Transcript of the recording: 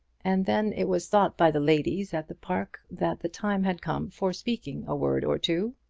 and then it was thought by the ladies at the park that the time had come for speaking a word or two.